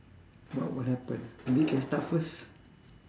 what will happen maybe you can start first